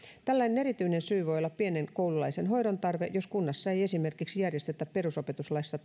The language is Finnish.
tällainen erityinen syy voi olla pienten koululaisten hoidon tarve jos kunnassa ei esimerkiksi järjestetä perusopetuslaissa